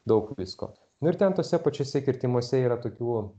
daug visko nu ir ten tuose pačiuose kirtimuose yra tokių